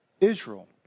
Israel